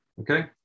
Okay